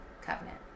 Covenant